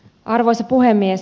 arvoisa puhemies